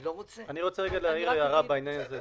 אני רוצה להעיר הערה בעניין הזה.